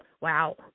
wow